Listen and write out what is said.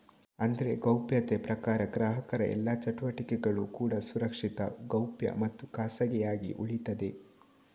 ಅಂದ್ರೆ ಗೌಪ್ಯತೆ ಪ್ರಕಾರ ಗ್ರಾಹಕರ ಎಲ್ಲಾ ಚಟುವಟಿಕೆಗಳು ಕೂಡಾ ಸುರಕ್ಷಿತ, ಗೌಪ್ಯ ಮತ್ತು ಖಾಸಗಿಯಾಗಿ ಉಳೀತದೆ